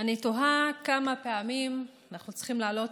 אני תוהה כמה פעמים אנחנו צריכים לעלות